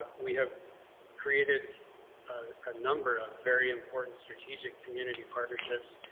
we have created a number of very important strategic community partnerships,